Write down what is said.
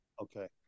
okay